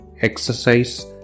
exercise